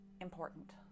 important